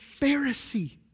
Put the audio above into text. Pharisee